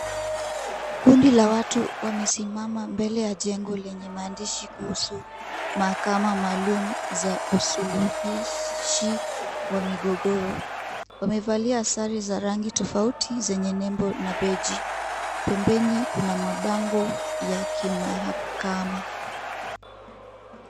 Kundi la watu wamesimama mbele ya jengo lenye maadhishi kuhusu mahakama maalumi za usuluhishi wa migogoro, wamevalia sare za rangi tofauti zenye nembo na beji , pembeni kuna mabango ya kimahakama.